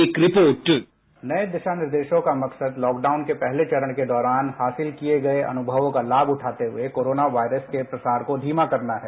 एक report sound bite नये दिशा निर्देशों का मकसद लॉकडाउन के पहले चरण के दौरान हासिल किये गये अनुमव का लाम उठाते हुए कोरोना वायरस के प्रसार को धीमा करना है